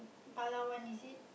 Palawan is it